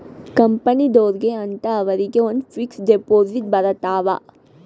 ಕಂಪನಿದೊರ್ಗೆ ಅಂತ ಅವರಿಗ ಒಂದ್ ಫಿಕ್ಸ್ ದೆಪೊಸಿಟ್ ಬರತವ